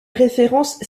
référence